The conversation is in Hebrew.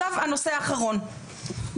הנושא האחרון,